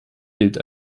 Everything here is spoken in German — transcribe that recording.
gilt